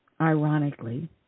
ironically